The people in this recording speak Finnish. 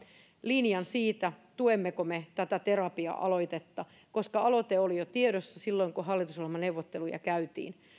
linjan siitä tuemmeko me tätä terapiatakuu aloitetta koska aloite oli jo tiedossa silloin kun hallitusohjelmaneuvotteluja käytiin